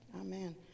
Amen